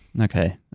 Okay